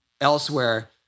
elsewhere